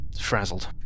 frazzled